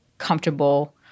comfortable